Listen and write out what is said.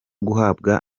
guhabwa